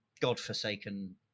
godforsaken